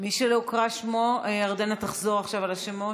הוקרא שמו, ירדנה תחזור עכשיו על השמות.